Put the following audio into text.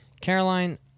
Caroline